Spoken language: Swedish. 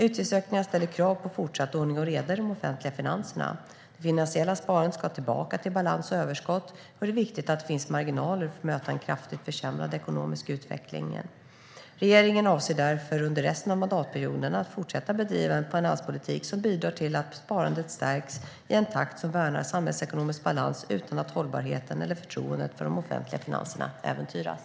Utgiftsökningarna ställer krav på fortsatt ordning och reda i de offentliga finanserna. Det finansiella sparandet ska tillbaka till balans och överskott. Det är viktigt att det finns marginaler för att möta en kraftigt försämrad ekonomisk utveckling. Regeringen avser därför att under resten av mandatperioden fortsätta bedriva en finanspolitik som bidrar till att sparandet stärks i en takt som värnar samhällsekonomisk balans utan att hållbarheten eller förtroendet för de offentliga finanserna äventyras.